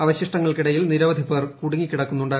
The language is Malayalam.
അവശിഷ്ടങ്ങൾക്കിടയിൽ നിരവധി പേർ കുടുങ്ങിക്കിടക്കുന്നുണ്ട്